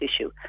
issue